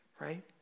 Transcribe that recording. right